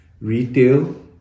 retail